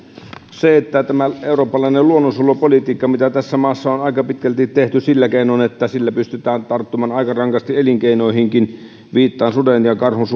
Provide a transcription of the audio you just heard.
tätä eurooppalaista luonnonsuojelupolitiikkaa tässä maassa on aika pitkälti tehty sillä keinoin että sillä pystytään tarttumaan aika rankasti elinkeinoihinkin viittaan suden ja karhun